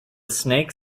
snake